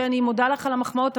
שאני מודה לך על המחמאות,